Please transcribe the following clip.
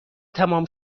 تمام